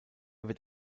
wird